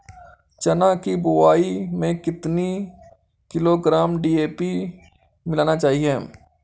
चना की बुवाई में कितनी किलोग्राम डी.ए.पी मिलाना चाहिए?